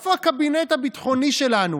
איפה הקבינט הביטחוני שלנו?